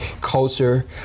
culture